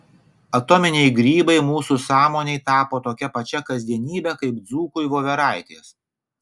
atominiai grybai mūsų sąmonei tapo tokia pačia kasdienybe kaip dzūkui voveraitės